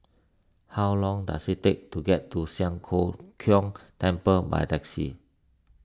how long does it take to get to Siang Cho Keong Temple by taxi